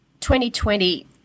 2020